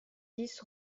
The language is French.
dix